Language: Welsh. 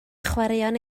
chwaraeon